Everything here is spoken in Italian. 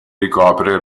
ricopre